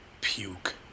puke